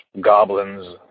goblins